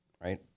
right